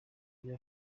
bya